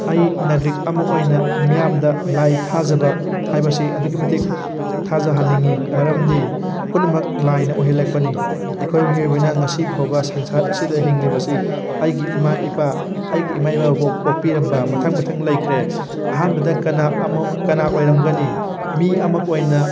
ꯑꯩ ꯅꯥꯒ꯭ꯔꯤꯛ ꯑꯃ ꯑꯣꯏꯅ ꯃꯤꯌꯥꯝꯗ ꯂꯥꯏ ꯊꯥꯖꯕ ꯍꯥꯏꯕꯁꯤ ꯑꯗꯨꯛꯀꯤ ꯃꯇꯤꯛ ꯊꯥꯖꯍꯟꯅꯤꯡꯉꯤ ꯃꯔꯝꯗꯤ ꯄꯨꯝꯅꯃꯛ ꯂꯥꯏꯅ ꯑꯣꯏꯍꯜꯂꯛꯄꯅꯤ ꯑꯩꯈꯣꯏ ꯃꯤꯑꯣꯏꯕꯅ ꯉꯁꯤ ꯐꯥꯎꯕ ꯁꯪꯁꯥꯔ ꯑꯁꯤꯗ ꯍꯤꯡꯂꯤꯕꯁꯤ ꯑꯩꯒꯤ ꯏꯃꯥ ꯏꯄꯥ ꯑꯩꯒꯤ ꯏꯃꯥ ꯏꯄꯥꯕꯨ ꯄꯣꯛꯄꯤꯔꯝꯕ ꯃꯊꯪ ꯃꯊꯪ ꯂꯩꯈ꯭ꯔꯦ ꯑꯍꯥꯟꯕꯗ ꯀꯅꯥ ꯑꯃ ꯀꯅꯥ ꯑꯣꯏꯔꯝꯒꯅꯤ ꯃꯤ ꯑꯃ ꯑꯣꯏꯅ